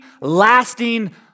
lasting